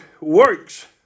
works